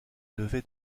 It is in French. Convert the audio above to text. levée